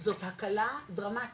זאת הקלה דרמטית.